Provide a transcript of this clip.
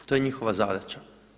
To je njihova zadaća.